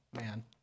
man